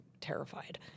terrified